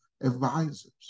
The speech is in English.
advisors